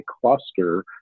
cluster